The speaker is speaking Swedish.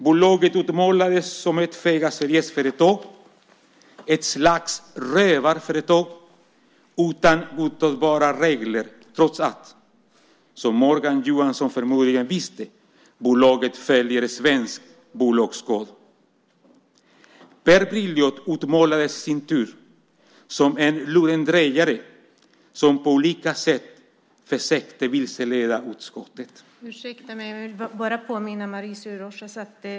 Bolaget utmålades som ett föga seriöst företag, ett slags rövarföretag, utan godtagbara regler trots att, som Morgan Johansson förmodligen visste, bolaget följer svensk bolagskod. Per Brilioth utmålades i sin tur som en lurendrejare som på olika sätt försökte vilseleda utskottet.